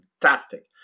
fantastic